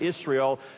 Israel